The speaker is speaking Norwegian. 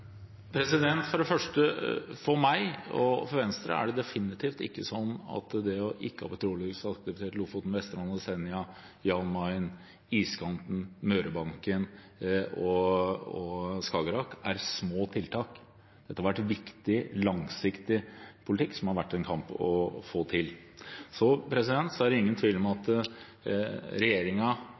For det første: For meg og for Venstre er det definitivt ikke sånn at det ikke å ha petroleumsaktivitet i Lofoten, Vesterålen og Senja, Jan Mayen, iskanten, Mørebanken og Skagerrak er små tiltak. Dette har vært en viktig langsiktig politikk, som det har vært en kamp å få til. Det er ingen tvil om at